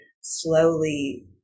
slowly